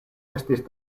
estis